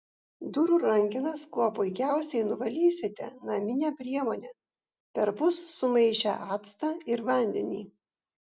durų rankenas kuo puikiausiai nuvalysite namine priemone perpus sumaišę actą ir vandenį